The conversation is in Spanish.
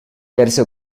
verse